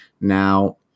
Now